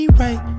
right